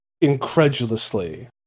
incredulously